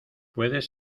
puedes